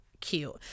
cute